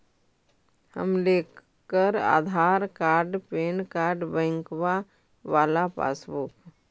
हम लेकर Aadhaar card PAN card बैंकवा वाला पासबुक?